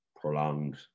prolonged